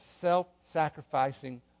self-sacrificing